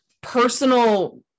personal